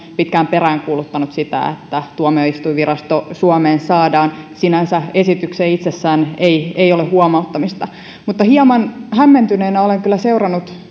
pitkään peräänkuuluttanut sitä että tuomioistuinvirasto suomeen saadaan sinänsä esitykseen itsessään ei ole huomauttamista mutta hieman hämmentyneenä olen kyllä seurannut